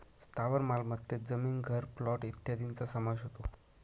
स्थावर मालमत्तेत जमीन, घर, प्लॉट इत्यादींचा समावेश होतो